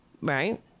right